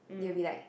they were be like